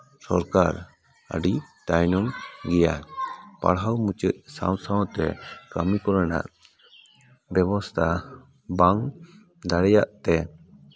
ᱥᱚᱨᱠᱟᱨ ᱟᱹᱰᱤ ᱛᱟᱭᱱᱚᱢ ᱜᱮᱭᱟ ᱯᱟᱲᱦᱟᱣ ᱢᱩᱪᱟᱹᱫ ᱥᱟᱶ ᱥᱟᱶᱛᱮ ᱠᱟᱹᱢᱤ ᱠᱚᱨᱮᱱᱟᱜ ᱵᱮᱵᱚᱥᱛᱟ ᱵᱟᱝ ᱫᱟᱲᱮᱭᱟᱜ ᱛᱮ